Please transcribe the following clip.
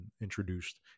introduced